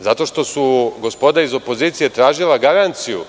zato što su gospoda iz opozicije tražila garanciju